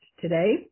today